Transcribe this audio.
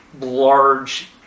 large